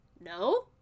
No